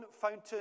fountain